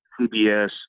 cbs